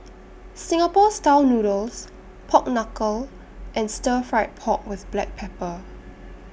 Singapore Style Noodles Pork Knuckle and Stir Fried Pork with Black Pepper